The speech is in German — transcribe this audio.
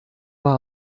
war